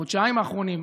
בחודשיים האחרונים,